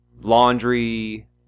laundry